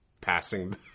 passing